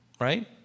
right